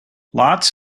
lots